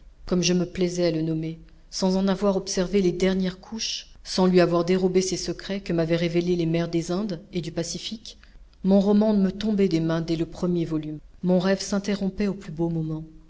comme je me plaisais à le nommer sans en avoir observé les dernières couches sans lui avoir dérobé ces secrets que m'avaient révélés les mers des indes et du pacifique mon roman me tombait des mains dès le premier volume mon rêve s'interrompait au plus beau moment